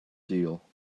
deal